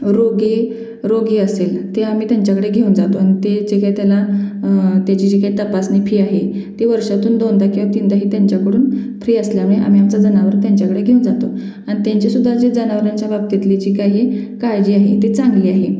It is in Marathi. रोगी रोगी असेल ते आम्ही त्यांच्याकडे घेऊन जातो आणि ते जे काय त्याला त्याची जी काही तपासणी फी आहे ती वर्षातून दोनदा किंवा तीनदा ही त्यांच्याकडून फ्री असल्यामुळे आम्ही आमचं जनावर त्यांच्याकडे घेऊन जातो आणि त्यांचीसुद्धा जे जनावरांच्या बाबतीतली जी काही काळजी आहे ती चांगली आहे